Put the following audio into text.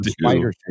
spider